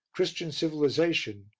christian civilization,